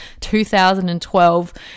2012